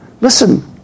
Listen